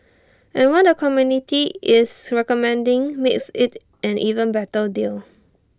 and what the committee is recommending makes IT an even better deal